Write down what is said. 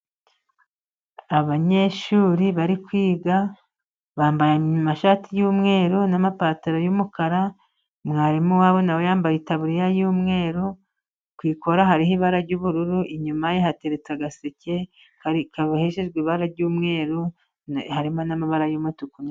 Abanyeshuri bari kwiga bambaye amashati y'umweru n'amapantaro y'umukara, mwarimu wabo na we yambaye itaburiya y'umweru ku ikora hariho ibara ry'ubururu, inyuma ye hateretse agaseke kaboheshejwe ibara ry'umweru harimo n'amabara y'umutuku.